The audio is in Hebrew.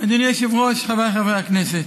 היושב-ראש, חבריי חברי הכנסת,